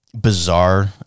bizarre